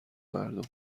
مردم